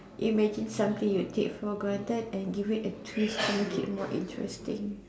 imagine something you take for granted and give it a twist to make it more interesting